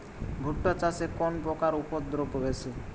ভুট্টা চাষে কোন পোকার উপদ্রব বেশি?